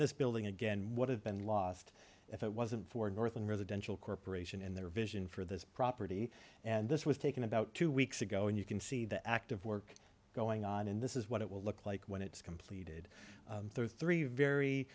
this building again what has been lost if it wasn't for north and residential corporation in their vision for this property and this was taken about two weeks ago and you can see the active work going on in this is what it will look like when it's completed through three very